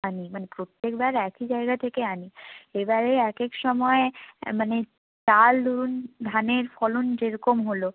আনিয়ে মানে প্রত্যেক বার একই জায়গা থেকে আনি এবারে এক এক সময় মানে চাল ধরুন ধানের ফলন যে রকম হলো